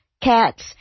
cats